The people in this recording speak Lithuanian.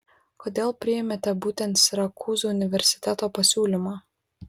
kodėl priėmėte būtent sirakūzų universiteto pasiūlymą